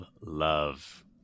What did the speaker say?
love